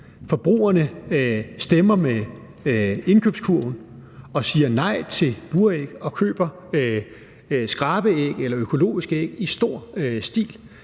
Forbrugerne stemmer med indkøbskurven og siger nej til buræg og køber skrabeæg eller økologiske æg i stor stil.